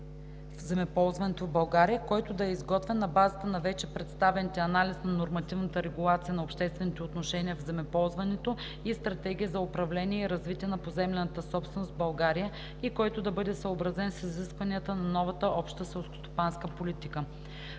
земеползването в България, който да е изготвен на базата на вече представените Анализ на нормативната регулация на обществените отношения в земеползването и Стратегия за управление и развитие на поземлената собственост в България и който да бъде съобразен с изискванията на новата Обща селскостопанска политика.